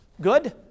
good